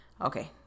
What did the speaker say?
okay